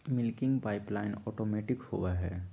milking pipeline automatic होबा हई